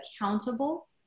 accountable